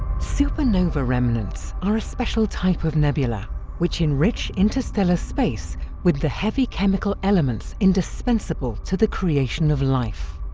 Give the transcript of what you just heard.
supernova remnants are a special type of nebula which enrich interstellar space with the heavy chemical elements indispensable to the creation of life.